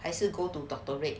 还是 go to doctor